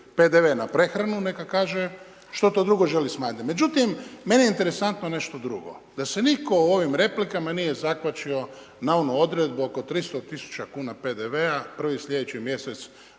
PDV na prehranu neka kaže što to drugo želi smanjiti. Međutim, meni je interesantno nešto drugo, da se nitko u ovim replikama nije zakvačio na onu odredbu oko 300 000 kuna PDV-a prvi sljedeći mjesec